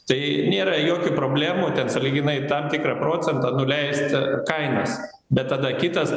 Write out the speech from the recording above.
tai nėra jokių problemų ten sąlyginai tam tikrą procentą nuleist kainas bet tada kitas